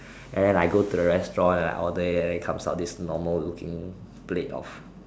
and I go to the restaurant and I order it and it comes out this normal looking plate of